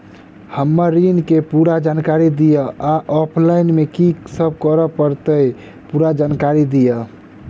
हम्मर ऋण केँ पूरा जानकारी दिय आ ऑफलाइन मे की सब करऽ पड़तै पूरा जानकारी दिय?